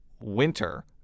winter